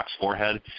forehead